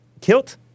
kilt